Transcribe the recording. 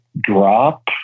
drop